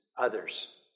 others